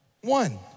one